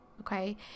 okay